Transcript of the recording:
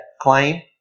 claim